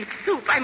soup